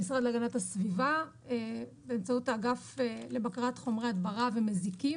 המשרד להגנת הסביבה באמצעות האגף לבקרת הדברת חומרי הדברה ומזיקים,